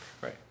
Right